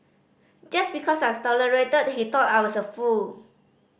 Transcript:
just because I tolerated he thought I was a fool